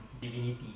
Divinity